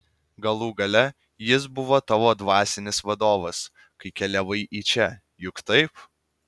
galų gale jis buvo tavo dvasinis vadovas kai keliavai į čia juk taip